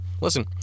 listen